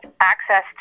access